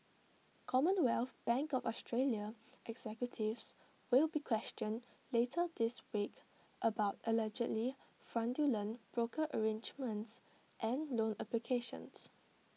commonwealth bank of Australia executives will be questioned later this week about allegedly fraudulent broker arrangements and loan applications